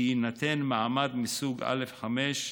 כי יינתן מעמד מסוג א/5,